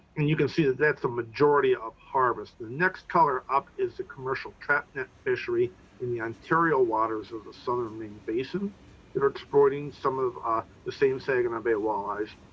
and you can see that that's the majority of harvest. the next color up is a commercial trap net fishery in the ontario waters of the southern main basin that are exporting some of ah the same saginaw bay walleyes.